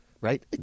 right